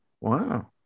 Wow